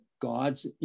God's